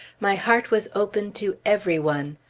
my heart was open to every one.